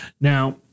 Now